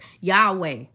Yahweh